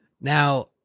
Now